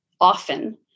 often